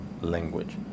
language